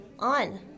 on